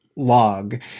log